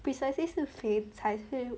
precisely 是肥才会